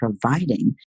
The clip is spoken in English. providing